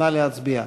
נא להצביע.